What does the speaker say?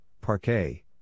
parquet